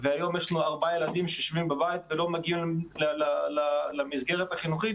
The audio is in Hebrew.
וכך יש ארבעה ילדים שיושבים בבית ולא מגיעים למסגרת החינוכית